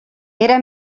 era